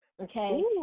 Okay